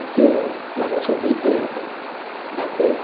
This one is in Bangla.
চিম্ মাংস বৃদ্ধি হবে তাতে